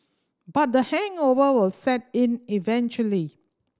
but the hangover will set in eventually